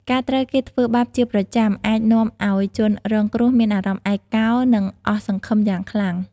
ការត្រូវគេធ្វើបាបជាប្រចាំអាចនាំឲ្យជនរងគ្រោះមានអារម្មណ៍ឯកោ និងអស់សង្ឃឹមយ៉ាងខ្លាំង។